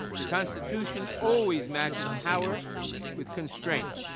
the constitution always matches power with constraint.